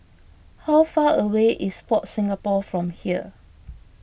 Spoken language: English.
how far away is Sport Singapore from here